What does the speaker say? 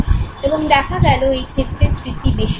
এবং দেখা গেলো এই ক্ষেত্রে স্মৃতি বেশি ভালো